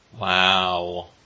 Wow